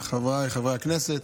חבריי חברי הכנסת,